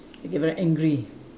they get very angry